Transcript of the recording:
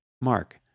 Mark